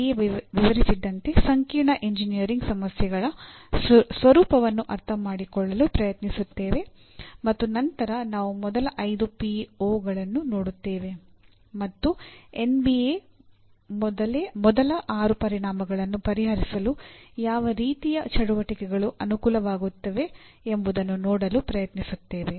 BA ಮೊದಲ ಆರು ಪರಿಣಾಮಗಳನ್ನು ಪರಿಹರಿಸಲು ಯಾವ ರೀತಿಯ ಚಟುವಟಿಕೆಗಳು ಅನುಕೂಲವಾಗುತ್ತವೆ ಎಂಬುದನ್ನು ನೋಡಲು ಪ್ರಯತ್ನಿಸುತ್ತೇವೆ